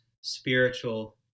spiritual